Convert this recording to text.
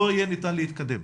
לא יהיה ניתן להתקדם,